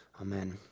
Amen